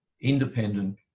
independent